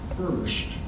first